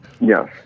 Yes